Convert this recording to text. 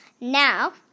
Now